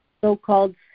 so-called